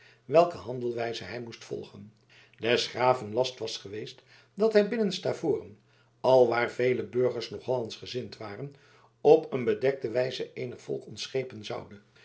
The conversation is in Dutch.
welke handelwijze hij volgen moest des graven last was geweest dat hij binnen stavoren alwaar vele burgers nog hollandschgezind waren op een bedekte wijze eenig volk ontschepen zoude